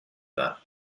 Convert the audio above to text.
that